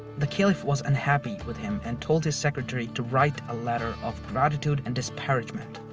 the caliph was unhappy with him and told his secretary to write a letter of gratitude and disparagement.